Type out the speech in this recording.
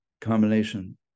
combination